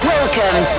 Welcome